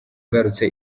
ngarutse